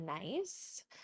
nice